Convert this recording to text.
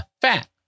Fat